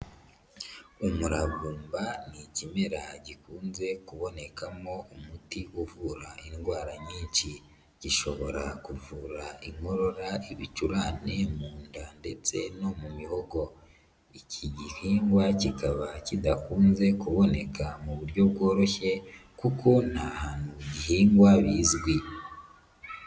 Umuravumba ni ikimera gikunze kubonekamo umuti uvura indwara nyinshi, gishobora kuvura inkorora, ibicurane, mu nda ndetse no mu mihogo, iki gihingwa kikaba kidakunze kuboneka mu buryo bworoshye kuko nta hantu gihingwa bizwi.